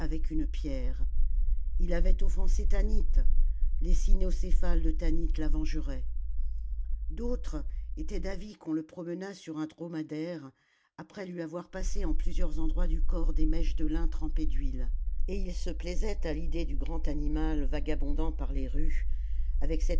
une pierre il avait offensé tanit les cynocéphales de tanit la vengeraient d'autres étaient d'avis qu'on le promenât sur un dromadaire après lui avoir passé en plusieurs endroits du corps des mèches de lin trempées d'huile et ils se plaisaient à l'idée du grand animal vagabondant par les rues avec